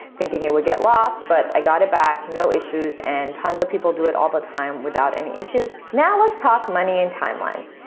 thinking it would get lost. but, i got it back, no issues, and tons of people do it all the time without any issues. now, let's talk money and timelines.